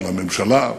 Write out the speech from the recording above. של הממשלה,